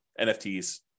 NFTs